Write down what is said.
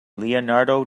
leonardo